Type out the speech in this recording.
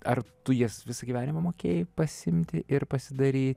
ar tu jas visą gyvenimą mokėjai pasiimti ir pasidary